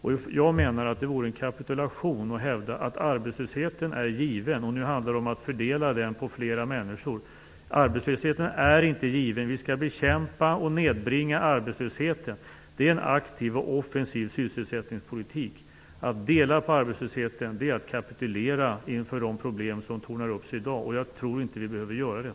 Enligt min åsikt vore det en kapitulation att hävda att arbetslösheten är given och att det nu handlar om att fördela den på fler människor, men arbetslösheten är inte given. Vi skall bekämpa och nedbringa arbetslösheten. Det är en aktiv och offensiv sysselsättningspolitik. Att dela på arbetslösheten är att kapitulera inför de problem som i dag tornar upp sig. Jag tror dock inte att vi behöver göra det.